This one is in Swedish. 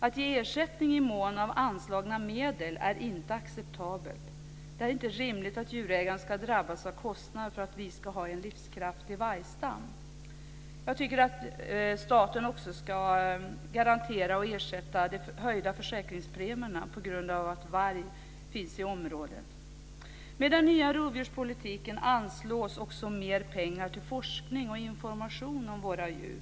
Att ge ersättning i mån av anslagna medel är inte acceptabelt. Det är inte rimligt att djurägaren ska drabbas av kostnader för att vi ska ha en livskraftig vargstam. Jag tycker också att staten ska garantera ersättning för höjda försäkringspremier på grund av att varg finns inom ett område. Med den nya rovdjurspolitiken anslås också mer pengar till forskning och information om våra rovdjur.